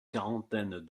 quarantaine